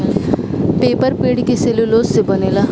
paper पेड़ के cellulose से बनेला